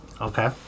Okay